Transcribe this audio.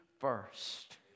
first